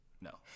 No